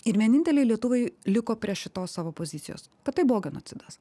ir vieninteliai lietuviai liko prie šitos savo pozicijos kad tai buvo genocidas